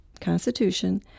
Constitution